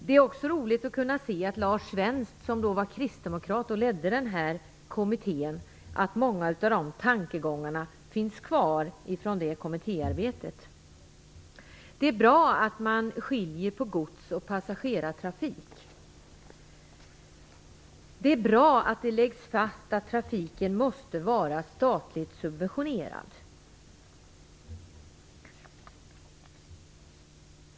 Det är också roligt att se att många av de tankegångar som Lars Svensk hade finns kvar från kommittéarbetet - Lars Svensk är kristdemokrat, och han ledde denna kommitté. Det är bra att man skiljer på gods och passagerartrafik, Det är också bra att det läggs fast att trafiken måste vara statligt subventionerad.